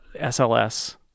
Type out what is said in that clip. sls